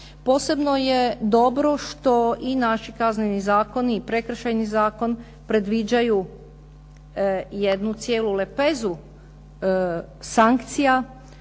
Posebno je dobro što i naši kazneni zakoni i Prekršajni zakon predviđaju jednu cijelu lepezu sankcija